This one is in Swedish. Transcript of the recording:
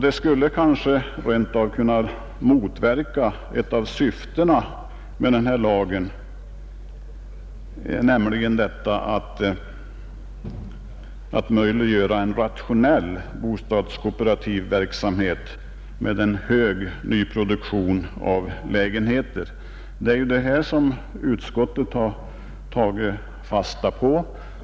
Det skulle kanske rent av motverka ett av syftena med den här lagen, nämligen att möjliggöra en rationell bostadskooperativ verksamhet med en hög nyproduktion av lägenheter. Det är detta som utskottet har tagit fasta på.